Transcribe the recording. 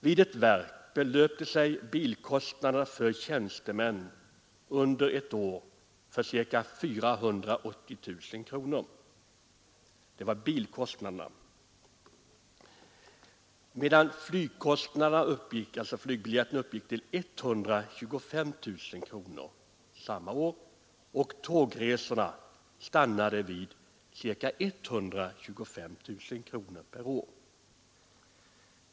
Vid ett verk belöpte sig bilkostnaderna för tjänstemän under ett år till ca 480 000 kronor, medan flygkostnaderna uppgick till ca 125 000 kronor samma år och tågresekostnaderna också stannade vid ca 125 000 kronor.